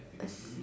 a